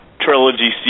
trilogy